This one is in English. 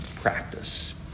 practice